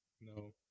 no